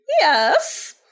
Yes